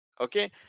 okay